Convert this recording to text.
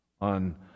On